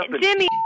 Jimmy